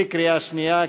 בקריאה שנייה,